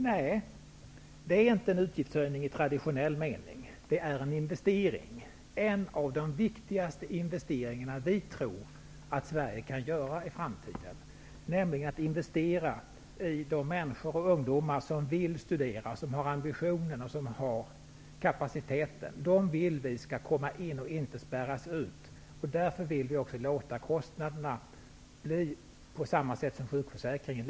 Men det är ingen utgiftshöjning i traditionell mening. Det är en av de viktigaste investeringar som vi tror att Sverige kan göra i framtiden, nämligen att investera i de människor som vill studera, som har ambitionen och kapaciteten. Vi vill att de skall komma in och inte stängas ute. Därför måste vi betala de kostnaderna -- på samma sätt som sjukförsäkringen.